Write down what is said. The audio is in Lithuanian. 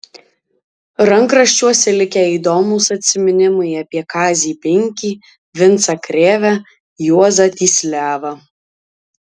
rankraščiuose likę įdomūs atsiminimai apie kazį binkį vincą krėvę juozą tysliavą